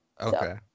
Okay